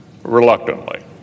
reluctantly